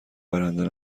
برنده